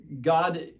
God